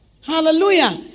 Hallelujah